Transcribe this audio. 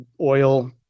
oil